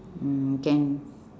mm can